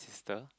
sister